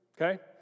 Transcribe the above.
Okay